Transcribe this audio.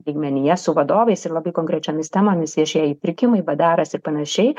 lygmenyje su vadovais ir labai konkrečiomis temomis viešieji pirkimai bdaras ir panašiai